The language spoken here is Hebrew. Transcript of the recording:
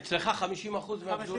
אצלך 50% מהפזורה?